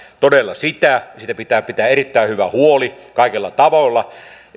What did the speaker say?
todella sitä ja siitä pitää pitää erittäin hyvä huoli kaikilla tavoilla